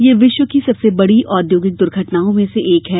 यह विश्व की सबसे बड़ी औद्योगिक द्र्घटनाओं में से एक है